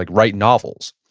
like write novels.